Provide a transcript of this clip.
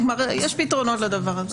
יש פתרונות לדבר הזה.